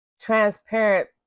transparent